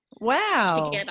Wow